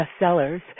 bestsellers